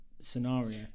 scenario